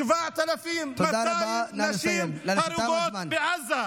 7,200 נשים הרוגות בעזה.